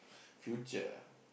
future